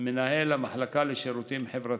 מנהל המחלקה לשירותים חברתיים.